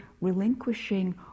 relinquishing